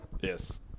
Yes